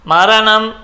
Maranam